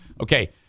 Okay